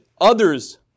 others